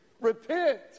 Repent